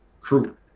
crew